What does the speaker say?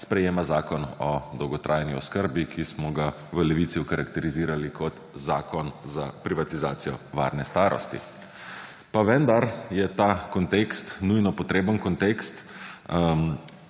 sprejema Zakon o dolgotrajni oskrbi, ki smo ga v Levici okarakterizirali kot zakon za privatizacijo varne starosti. Pa vendar je ta kontekst nujno potreben kontekst